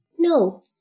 No